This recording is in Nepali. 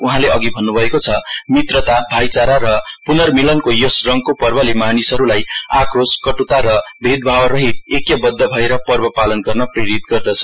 उहाँले अघि भन्नुभएको छ मित्रता भाईचारा र पुनर्मिलनको यस रंगको पर्वले मानिसहरुलाई आक्रोश कटुता र भेदभाव रहित एक्यबद्ध भएर पर्व पालन गर्न प्रेरित गर्दछ